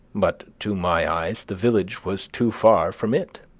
but to my eyes the village was too far from it.